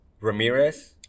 Ramirez